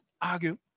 argue